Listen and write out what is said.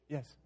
Yes